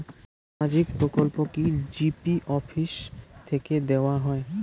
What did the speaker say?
সামাজিক প্রকল্প কি জি.পি অফিস থেকে দেওয়া হয়?